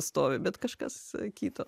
stovi bet kažkas kita